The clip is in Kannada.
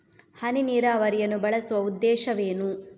ಹನಿ ನೀರಾವರಿಯನ್ನು ಬಳಸುವ ಉದ್ದೇಶವೇನು?